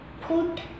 put